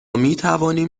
میتوانیم